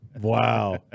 Wow